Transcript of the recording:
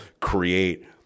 create